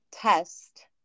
test